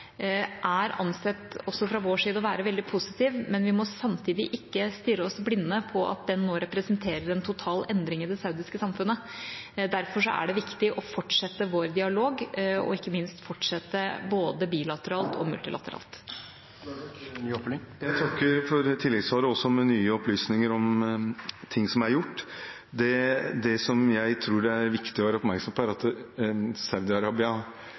er også fra vår side ansett å være veldig positiv, men vi må samtidig ikke stirre oss blinde på den og tro at den nå representerer en total endring i det saudiarabiske samfunnet. Derfor er det viktig å fortsette vår dialog og ikke minst fortsette både bilateralt og multilateralt. Jeg takker for tilleggssvaret med nye opplysninger om ting som er gjort. Det som jeg tror det er viktig å være oppmerksom på, er at